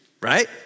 right